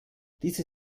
diese